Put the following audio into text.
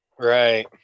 Right